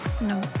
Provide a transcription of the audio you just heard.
No